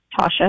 Tasha